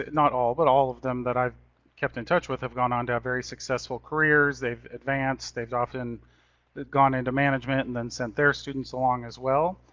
not all, but all of them that i've kept in touch with have gone on to very successful careers. they've advanced. they've often gone into management, and then sent their students along as well.